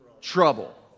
trouble